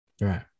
Right